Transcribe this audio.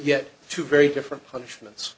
yet two very different punishments